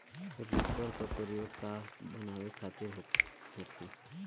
Reaper का प्रयोग का बनावे खातिन होखि?